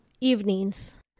Evenings